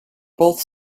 both